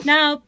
Now